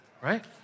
right